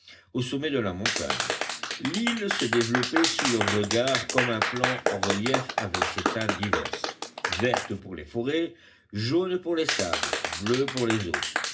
au sommet de la montagne l'île se développait sous leurs regards comme un plan en relief avec ses teintes diverses vertes pour les forêts jaunes pour les sables bleues pour les